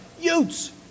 Utes